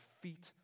feet